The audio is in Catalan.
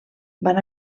van